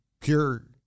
Pure